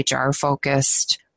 HR-focused